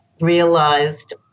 realized